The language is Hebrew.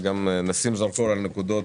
וגם נשים זרקור על נקודות